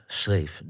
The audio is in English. schreef